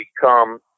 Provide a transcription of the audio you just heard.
become